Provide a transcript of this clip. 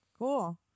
Cool